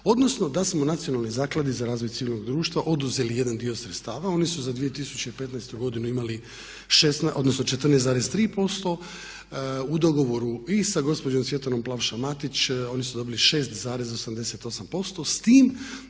odnosno da smo Nacionalnoj zakladi za razvoj civilnog društva oduzeli jedan dio sredstava. Oni su za 2015.godinu imali 14,3% u dogovoru i sa gospođom Svjetlanom Plavša Matić oni su dobili 6,88%